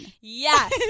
Yes